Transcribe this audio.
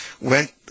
went